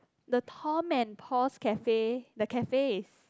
the Tom and Paul's Cafe the cafe is